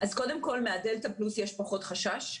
קודם כול מהדלתא פלוס יש פחות חשש.